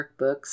workbooks